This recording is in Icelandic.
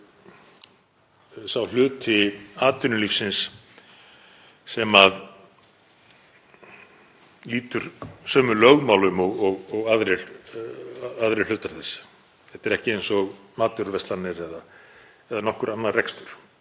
er. Þessi hluti atvinnulífsins lýtur ekki sömu lögmálum og aðrir hlutar þess. Þetta er ekki eins og matvöruverslanir eða nokkur annar rekstur.